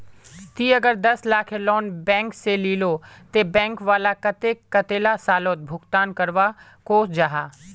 ती अगर दस लाखेर लोन बैंक से लिलो ते बैंक वाला कतेक कतेला सालोत भुगतान करवा को जाहा?